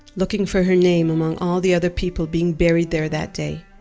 looking for her name among all the other people being buried there that day.